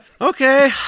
Okay